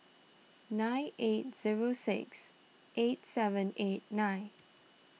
nine eight zero six eight seven eight nine